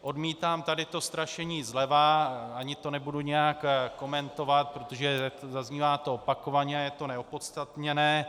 Odmítám tady to strašení zleva, ani to nebudu nijak komentovat, protože zaznívá to opakovaně a je to neopodstatněné.